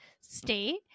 State